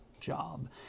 job